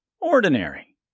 Ordinary